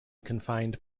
confined